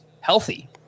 healthy